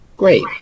great